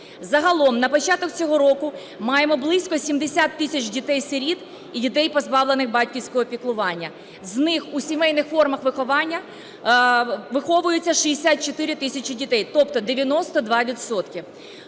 Загалом на початок цього року маємо близько 70 тисяч дітей-сиріт і дітей, позбавлених батьківського піклування, з них у сімейних формах виховання виховується 64 тисячі дітей, тобто 92